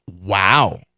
Wow